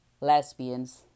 Lesbians